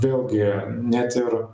vėlgi net ir